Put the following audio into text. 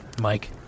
Mike